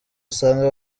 usanga